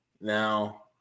Now